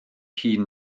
hŷn